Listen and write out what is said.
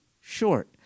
short